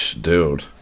Dude